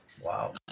Wow